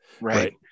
Right